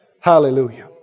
Hallelujah